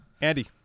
Andy